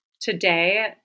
today